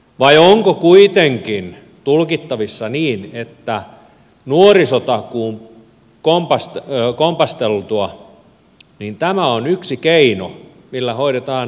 vai onko kuitenkin tulkittavissa niin että nuorisotakuun kompasteltua tämä on yksi keino millä hoidetaan nuorisotakuuta